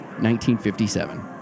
1957